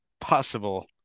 possible